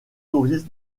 touristes